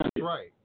right